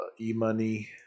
E-Money